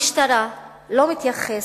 המשטרה לא מתייחסת,